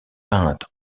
peinte